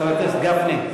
חבר הכנסת גפני,